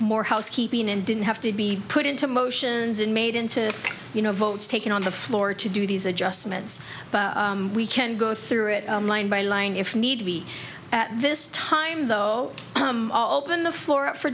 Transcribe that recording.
more housekeeping and didn't have to be put into motions and made into you know votes taken on the floor to do these adjustments but we can go through it line by line if need be at this time though open the floor